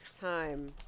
time